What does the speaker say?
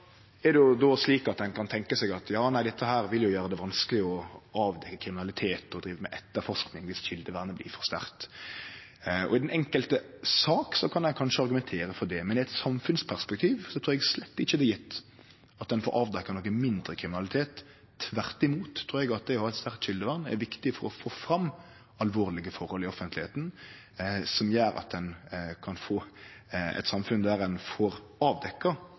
Ein kan tenkje seg at det vil gjere det vanskeleg å avdekkje kriminalitet og å drive etterforsking om kjeldevernet blir for sterkt. I den enkelte saka kan ein kanskje argumentere for det, men i eit samfunnsperspektiv trur eg slett ikkje det er gjeve at ein får avdekt noko mindre kriminalitet. Tvert imot trur eg at det å ha eit sterkt kjeldevern er viktig for å få fram alvorlege forhold i offentlegheita, som gjer at ein kan få eit samfunn der ein får